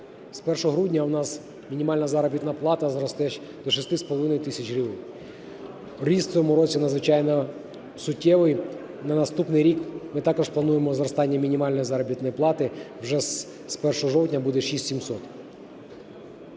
З 1 грудня у нас мінімальна заробітна плата зросте до 6,5 тисяч гривень. Ріст у цьому році надзвичайно суттєвий. На наступний рік ми також плануємо зростання мінімальної заробітної плати, вже з 1 жовтня буде 6700.